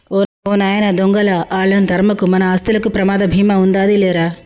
ఓ నాయన దొంగలా ఆళ్ళను తరమకు, మన ఆస్తులకు ప్రమాద భీమా ఉందాది లేరా